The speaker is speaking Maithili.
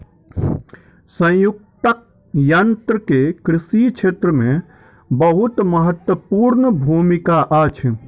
संयुक्तक यन्त्र के कृषि क्षेत्र मे बहुत महत्वपूर्ण भूमिका अछि